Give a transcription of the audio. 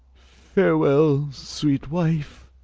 farewell, sweet wife!